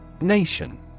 Nation